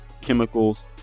chemicals